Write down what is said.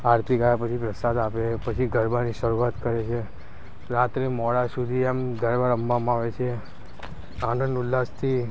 આરતી ગાયા પછી પ્રસાદ આપે પછી ગરબાની શરૂઆત કરે છે રાત્રે મોડા સુધી આમ ગરબા રમવામાં આવે છે આનંદ ઉલ્લાસથી